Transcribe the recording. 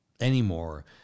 anymore